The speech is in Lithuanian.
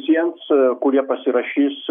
tiems kurie pasirašys